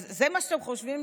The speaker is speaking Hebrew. זה מה שאתם חושבים